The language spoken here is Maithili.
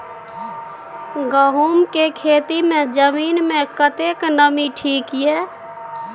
गहूम के खेती मे जमीन मे कतेक नमी ठीक ये?